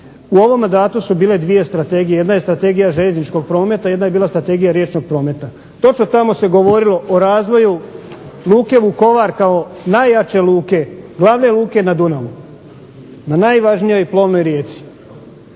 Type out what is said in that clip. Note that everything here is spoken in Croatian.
u ovom mandatu su bile dvije strategije, jedna je Strategija željezničkog prometa, jedna je bila Strategija riječnog prometa. Točno tamo se govorilo o razvoju luke Vukovar kao najjače luke, glavne luke na Dunavu, na najvažnijoj plovnoj rijeci,